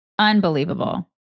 Unbelievable